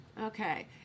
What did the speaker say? okay